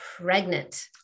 pregnant